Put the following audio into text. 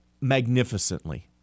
magnificently